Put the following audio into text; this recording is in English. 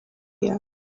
here